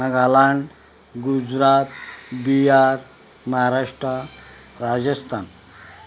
Nagaland Gujarat Bihar Maharashtra Rajasthan